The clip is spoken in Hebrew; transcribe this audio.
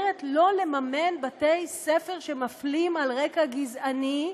אומרת: לא לממן בתי ספר שמפלים על רקע גזעני.